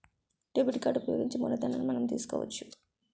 debit card ఉపయోగించి మూలధనాన్ని మనం తీసుకోవచ్చు